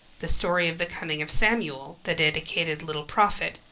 the story of the coming of samuel, the dedicated little prophet,